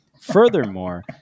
Furthermore